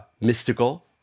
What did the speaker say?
mystical